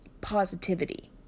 positivity